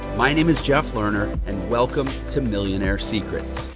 my name is jeff lerner and welcome to millionaire secrets.